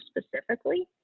specifically